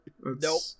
nope